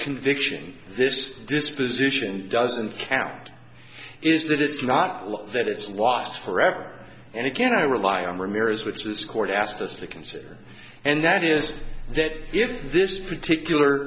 conviction this disposition doesn't count is that it's not that it's lost forever and again i rely on ramirez which this court asked us to consider and that is that if this particular